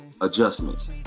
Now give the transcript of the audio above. adjustment